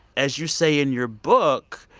as you say in your book,